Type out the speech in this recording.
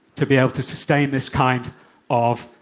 to be able to sustain this kind of